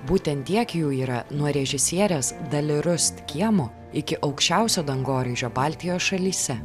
būtent tiek jų yra nuo režisierės dali rust kiemo iki aukščiausio dangoraižio baltijos šalyse